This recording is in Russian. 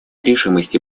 решимости